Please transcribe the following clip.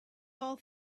all